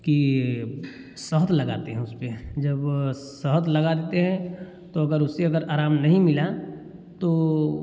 कि शहद लगाते हैं उसपे जब शहद लगा देते हैं तो अगर उससे अगर आराम नहीं मिला तो